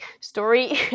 story